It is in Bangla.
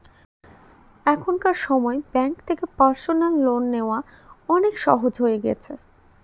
এখনকার সময় ব্যাঙ্ক থেকে পার্সোনাল লোন নেওয়া অনেক সহজ হয়ে গেছে